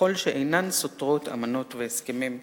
ככל שאינן סותרות אמנות והסכמים בין-לאומיים"